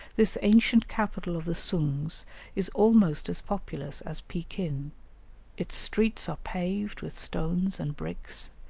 this ancient capital of the soongs is almost as populous as pekin its streets are paved with stones and bricks,